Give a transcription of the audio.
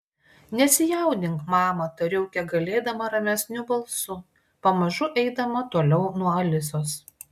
nesijaudink mama tariau kiek galėdama ramesniu balsu pamažu eidama toliau nuo alisos